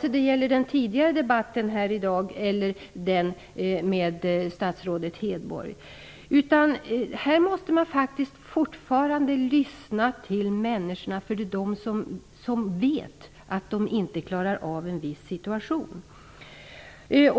Det gäller både den här debatten med statsrådet Hedborg och den tidigare debatten i dag. Man måste faktiskt fortfarande höra på människorna. Det är de som vet att de inte klarar av en viss situation. Det